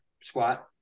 squat